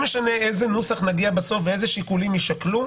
בלי קשר לנוסח שנגיע אליו בסוף ואילו שיקולים יישקלו,